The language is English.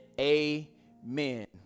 amen